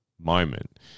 moment